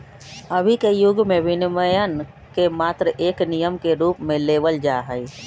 अभी के युग में विनियमन के मात्र एक नियम के रूप में लेवल जाहई